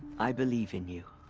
i believe in you.